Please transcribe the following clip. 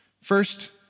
First